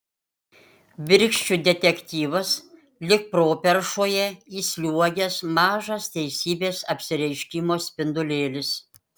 virkščių detektyvas lyg properšoje įsliuogęs mažas teisybės apsireiškimo spindulėlis